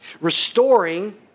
Restoring